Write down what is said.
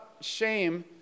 shame